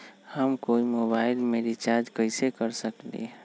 हम कोई मोबाईल में रिचार्ज कईसे कर सकली ह?